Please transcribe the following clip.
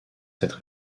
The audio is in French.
cette